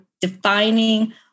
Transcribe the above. defining